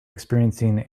experiencing